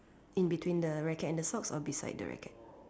in between the racket and the socks or beside the racket